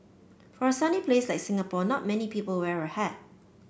for a sunny places like Singapore not many people wear a hat